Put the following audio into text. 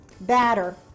batter